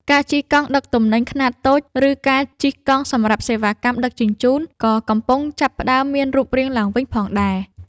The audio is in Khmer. ការជិះកង់ដឹកទំនិញខ្នាតតូច ឬការជិះកង់សម្រាប់សេវាកម្មដឹកជញ្ជូន ក៏កំពុងចាប់ផ្ដើមមានរូបរាងឡើងវិញផងដែរ។